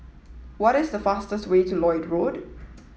what is the fastest way to Lloyd Road